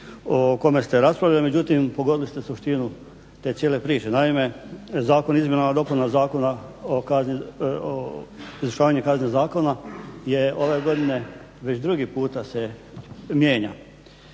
o kome ste raspravljali. Međutim, pogodili ste suštinu te cijele priče. Naime, Zakon o izmjenama i dopunama Zakona o izvršavanju kazne zatvora je ove godine već drugi puta se mijenja.